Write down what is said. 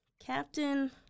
Captain